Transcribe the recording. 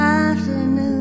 afternoon